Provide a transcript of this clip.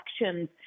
elections